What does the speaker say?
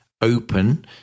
open